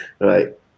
Right